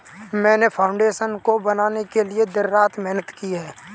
मैंने फाउंडेशन को बनाने के लिए दिन रात मेहनत की है